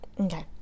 Okay